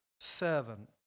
servant